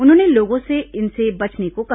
उन्होंने लोगों से इनसे बचने को कहा